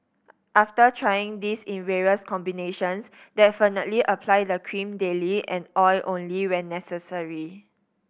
after trying this in various combinations definitely apply the cream daily and oil only when necessary